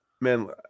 Man